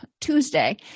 Tuesday